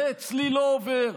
זה אצלי לא עובר,